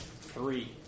Three